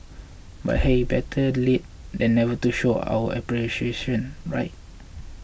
but hey better late than never to show our appreciation right